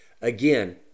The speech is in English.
Again